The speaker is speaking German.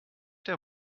der